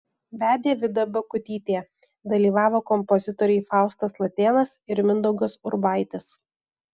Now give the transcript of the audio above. vedė vida bakutytė dalyvavo kompozitoriai faustas latėnas ir mindaugas urbaitis